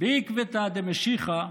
בעקבתא דמשיחא,